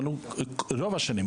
רוב השנים,